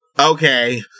okay